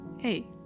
Hey